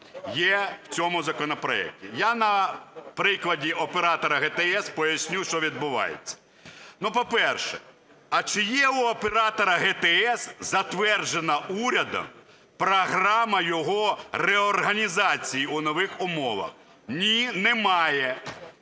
є в цьому законопроекті? Я на прикладі оператора ГТС поясню, що відбувається. Ну, по-перше, а чи є у оператора ГТС затверджена урядом програма його реорганізації у нових умовах? Ні, немає.